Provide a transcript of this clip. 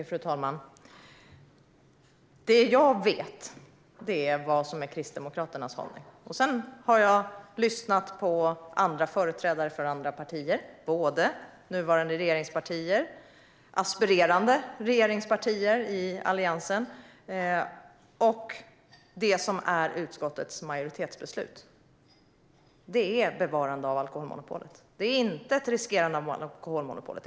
Fru talman! Det jag vet är vad som är Kristdemokraternas hållning. Jag har lyssnat på företrädare för andra partier, både nuvarande regeringspartier och aspirerande partier i Alliansen, och på det som är utskottsmajoritetens förslag - och det är bevarande av alkoholmonopolet, inte ett riskerande av alkoholmonopolet.